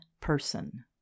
person